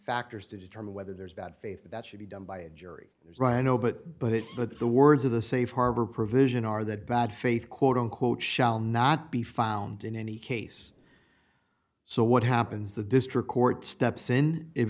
factors to determine whether there's bad faith that should be done by a jury there's no no but but it but the words of the safe harbor provision are that bad faith quote unquote shall not be found in any case so what happens the district court steps in if